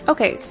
Okay